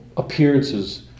Appearances